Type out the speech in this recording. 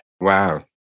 Wow